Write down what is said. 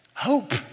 Hope